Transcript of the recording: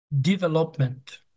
development